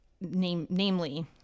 namely